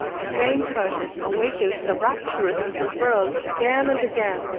the same process awakens the rapturous little pearls again and again,